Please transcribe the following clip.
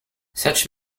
such